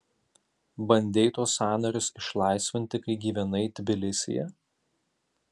bandei tuos sąnarius išlaisvinti kai gyvenai tbilisyje